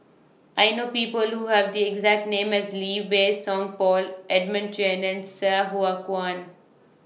I know People Who Have The exact name as Lee Wei Song Paul Edmund Chen and Sai Hua Kuan